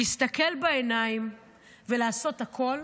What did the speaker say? להסתכל בעיניים ולעשות הכול,